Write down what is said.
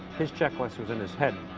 his checklist was in his head.